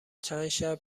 چندشب